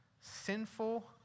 sinful